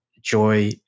joy